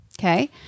Okay